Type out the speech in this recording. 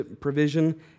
provision